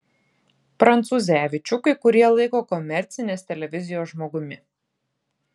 prancūzevičių kai kurie laiko komercinės televizijos žmogumi